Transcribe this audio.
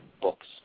books